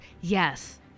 Yes